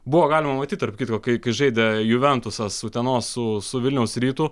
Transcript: buvo galima matyt tarp kitko kai kai žaidė juventusas utenos su su vilniaus rytu